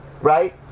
right